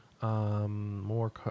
More